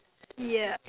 yeah